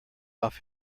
off